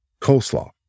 coleslaw